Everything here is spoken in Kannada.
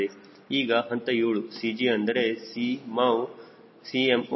ಈಗ ಹಂತ 7 CG ಅಂದರೆ 𝐶mow 𝐶mo